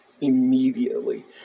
immediately